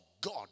God